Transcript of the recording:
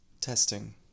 Testing